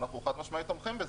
אנחנו חד-משמעית תומכים בזה.